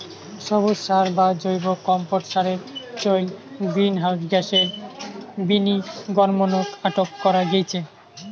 সবুজ সার বা জৈব কম্পোট সারের চইল গ্রীনহাউস গ্যাসের বিনির্গমনক আটক করা গেইচে